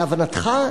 להבנתך,